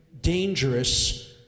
dangerous